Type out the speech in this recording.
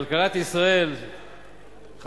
חבר הכנסת שטרית, הוא עולה לענות לך.